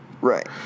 Right